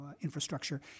infrastructure